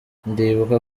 ndibuka